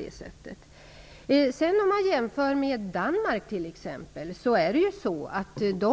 Man kan jämföra t.ex. med Danmark. Där